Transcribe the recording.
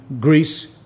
Greece